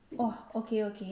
!whoa! okay okay